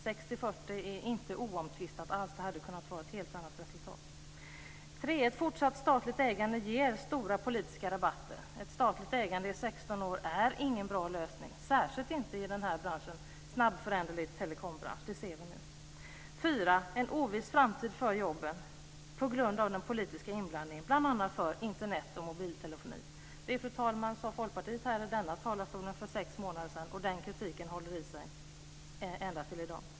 60-40 är inte oomtvistat alls. Det kunde ha varit ett helt annat resultat. 3. Ett fortsatt statligt ägande ger stora politiska rabatter. Ett statligt ägande i 16 år är ingen bra lösning, särskilt inte i den här branschen som är en snabbföränderlig telekombransch. Det ser vi nu. 4. En oviss framtid för jobben på grund av den politiska inblandningen bl.a. för Internet och mobiltelefoni. Det, fru talman, sade Folkpartiet från den här talarstolen för sex månader sedan. Den kritiken håller i sig än i dag.